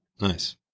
Nice